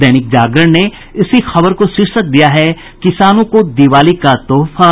दैनिक जागरण ने इसी खबर को शीर्षक दिया है किसानों को दिवाली का तोहफा